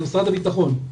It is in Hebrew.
למשרד הביטחון,